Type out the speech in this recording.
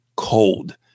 cold